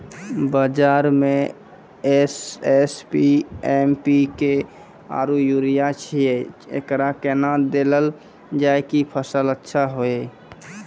बाजार मे SSP, MPK आरु यूरिया छैय, एकरा कैना देलल जाय कि फसल अच्छा हुये?